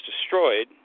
destroyed